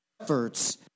efforts